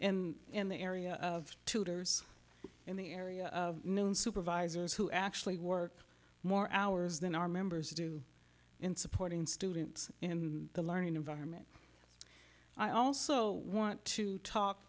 and in the area of tutors in the area of supervisors who actually work more hours than our members do in supporting students in the learning environment i also want to talk